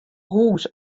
hûs